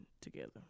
together